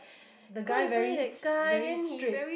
the guy very str~ very straight